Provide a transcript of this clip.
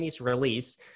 release